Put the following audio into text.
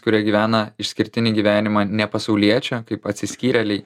kurie gyvena išskirtinį gyvenimą ne pasauliečio kaip atsiskyrėliai